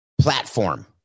platform